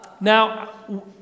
Now